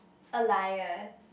alias